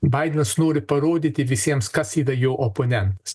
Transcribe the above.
baidenas nori parodyti visiems kas yra jo oponentas